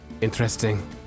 Interesting